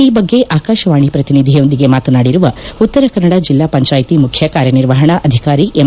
ಈ ಬಗ್ಗೆ ಆಕಾಶವಾಣಿ ಪ್ರತಿನಿಧಿಯೊಂದಿಗೆ ಮಾತನಾಡಿರುವ ಉತ್ತರಕನ್ನಡ ಜಿಲ್ಲಾ ಪಂಚಾಯಿತಿ ಮುಖ್ಯ ಕಾರ್ಯನಿರ್ವಪಣಾ ಅಧಿಕಾರಿ ಎಂ